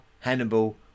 Hannibal